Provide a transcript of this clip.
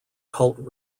cult